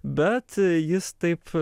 bet jis taip